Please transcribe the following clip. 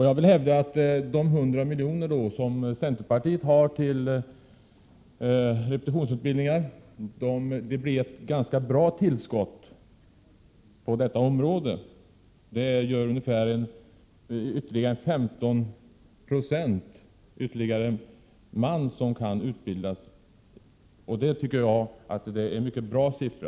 Jag vill hävda att de 100 milj.kr. som centerpartiet föreslår för repetitionsutbildning skulle bli ett ganska bra tillskott på det här området. 15 90 mer personer skulle kunna utbildas, och det är, enligt min mening, en mycket bra siffra.